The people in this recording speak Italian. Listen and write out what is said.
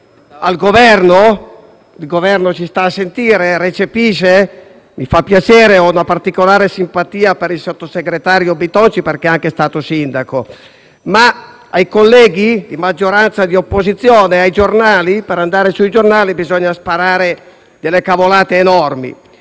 al Governo? Il Governo ci sta a sentire? Recepisce? Se sì, mi fa piacere, dato che ho una particolare simpatia per il sottosegretario Bitonci, perché è stato anche sindaco. Sono rivolti ai colleghi, di maggioranza o di opposizione? Ai giornali? Per andare sui giornali bisogna sparare delle cavolate enormi!